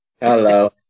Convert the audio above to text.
Hello